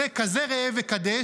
זה כזה ראה וקדש,